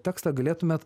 tekstą galėtumėt